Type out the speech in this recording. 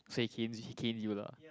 so he cane he cane you lah